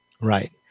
Right